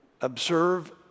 Observe